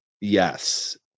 Yes